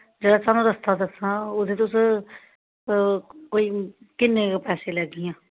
जेह्ड़ा सानूं रस्ता दसना ओह्दे तुस कोई किन्ने गै पैसे लैगियां